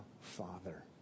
Father